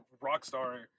Rockstar